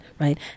right